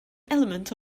element